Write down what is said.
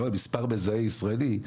מספר מזהה ישראלי,